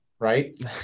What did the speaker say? Right